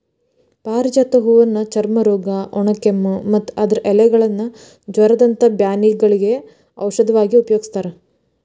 ಪಾರಿಜಾತ ಹೂವನ್ನ ಚರ್ಮರೋಗ, ಒಣಕೆಮ್ಮು, ಮತ್ತ ಅದರ ಎಲೆಗಳನ್ನ ಜ್ವರದಂತ ಬ್ಯಾನಿಗಳಿಗೆ ಔಷಧವಾಗಿ ಉಪಯೋಗಸ್ತಾರ